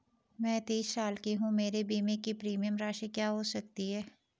मैं तीस साल की हूँ मेरे बीमे की प्रीमियम राशि क्या हो सकती है?